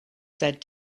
said